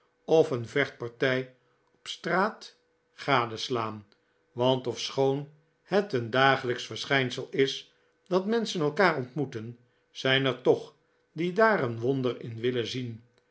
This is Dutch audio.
of een vechtpartij op straat gadeslaan want ofschoon het een dagelijksch verschijnsel is dat menschen elkaar ontmoeten zijn er toch die daar een wonder in willen zien